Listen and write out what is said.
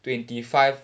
twenty five